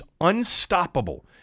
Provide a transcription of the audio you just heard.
unstoppable